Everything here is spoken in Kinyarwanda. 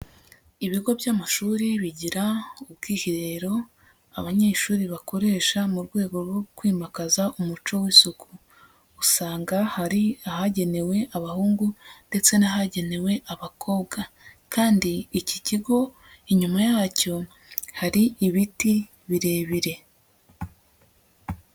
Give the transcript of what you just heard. Ibigo by'amashuri bigira ubwiherero abanyeshuri bakoresha mu rwego rwo kwimakaza umuco w'isuku, usanga hari ahagenewe abahungu ndetse n'ahagenewe abakobwa, kandi iki kigo inyuma yacyo hari ibiti birebire.